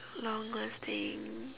long lasting